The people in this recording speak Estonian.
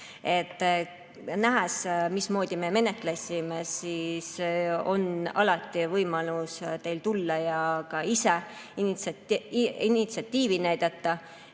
Nähes, mismoodi me menetlesime, on alati võimalus teil tulla ja ka ise initsiatiivi näidata,